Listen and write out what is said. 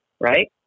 Right